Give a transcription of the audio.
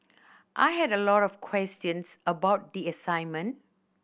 I had a lot of questions about the assignment